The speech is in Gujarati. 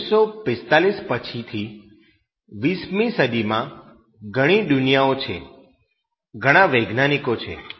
1945 પછીથી 20 મી સદીમાં ઘણી દુનિયાઓ છે ઘણા વૈજ્ઞાનિકો છે